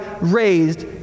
raised